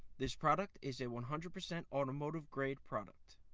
this product is a one hundred percent automotive-grade product.